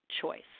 choice